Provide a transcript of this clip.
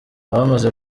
abamaze